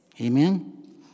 Amen